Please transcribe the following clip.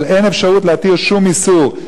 אבל אין אפשרות להתיר שום איסור.